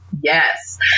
Yes